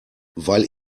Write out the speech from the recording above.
weil